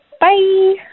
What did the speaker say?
bye